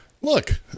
look